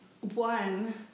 one